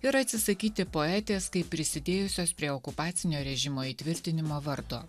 ir atsisakyti poetės kaip prisidėjusios prie okupacinio režimo įtvirtinimo vardo